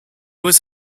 was